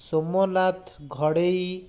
Somnath Ghadei